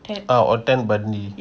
ah ted bundy